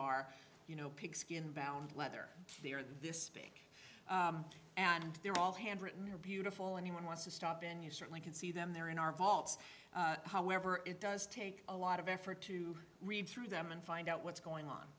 are you know pigskin bound leather they are this week and they're all handwritten you're beautiful anyone wants to stop and you certainly can see them they're in our vaults however it does take a lot of effort to read through them and find out what's going on